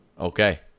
Okay